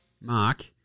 mark